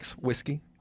whiskey